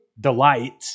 delight